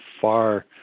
far